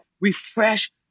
refresh